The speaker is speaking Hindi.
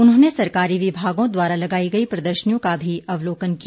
उन्होने सरकारी विभागो द्वारा लगाई गई प्रदर्शनियो का भी अवलोकन किया